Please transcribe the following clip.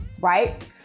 right